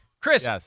Chris